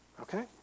Okay